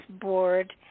board